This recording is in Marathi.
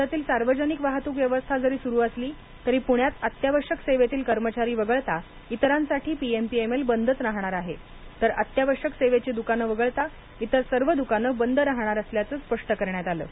राज्यातील सार्वजनिक वाहतूक व्यवस्था जरी सुरू असली तरी पुण्यात अत्यावश्यक सेवेतील कर्मचारी वगळता इतरांसाठी पीएमपीएमएल बंदच राहणार आहे तर अत्यावश्यक सेवेची दुकान वगळता इतर सर्व दुकाने बंद राहणार असल्याचं स्पष्ट करण्यात आलं आहे